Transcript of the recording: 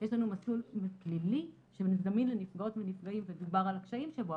יש לנו מסלול פלילי שזמין לנפגעות ונפגעים ודובר על הקשיים שבו,